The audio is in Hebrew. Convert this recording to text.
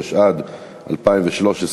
התשע"ד 2013,